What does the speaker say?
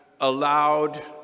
allowed